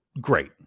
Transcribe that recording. great